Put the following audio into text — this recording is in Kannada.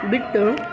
ಬಿಟ್ಟು